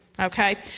Okay